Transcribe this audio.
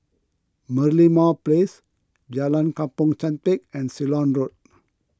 Merlimau Place Jalan Kampong Chantek and Ceylon Road